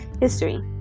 history